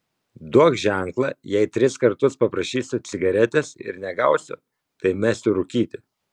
duok ženklą jei tris kartus paprašysiu cigaretės ir negausiu tai mesiu rūkyti